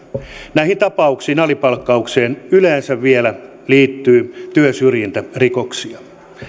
näihin tapauksiin alipalkkaukseen yleensä vielä liittyy työsyrjintärikoksia